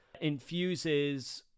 infuses